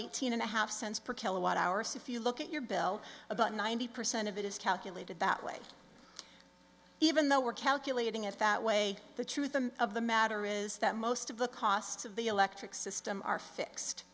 eighteen and a half cents per kilowatt hour so if you look at your bill about ninety percent of it is calculated that way even though we're calculating if that way the truth of the matter is that most of the costs of the electric system are fixed